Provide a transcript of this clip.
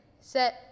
Set